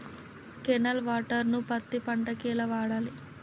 Canal water ను పత్తి పంట కి ఎలా వాడాలి?